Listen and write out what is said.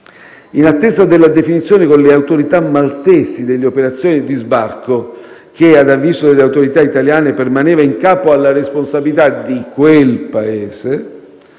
In attesa della definizione con le autorità maltesi delle operazioni di sbarco, che ad avviso delle autorità italiane permaneva in capo alla responsabilità di quel Paese,